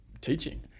teaching